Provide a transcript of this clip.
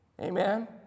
Amen